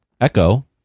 Echo